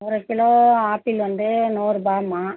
ஒரு kilo apple வந்து நூறுரூபா மா